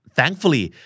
Thankfully